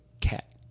cat